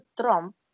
Trump